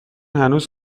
هنوز